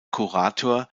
kurator